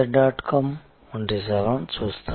com వంటి సేవలను చూస్తాము